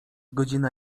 godzina